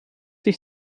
ich